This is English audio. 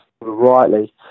rightly